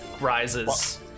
rises